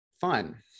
fun